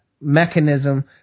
mechanism